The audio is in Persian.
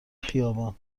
خیابان